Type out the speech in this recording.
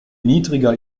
niedriger